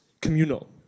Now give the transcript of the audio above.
communal